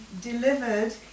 delivered